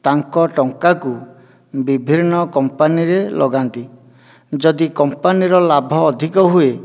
ତାଙ୍କ ଟଙ୍କାକୁ ବିଭିନ୍ନ କମ୍ପାନୀରେ ଲଗାନ୍ତି ଯଦି କମ୍ପାନୀର ଲାଭ ଅଧିକ ହୁଏ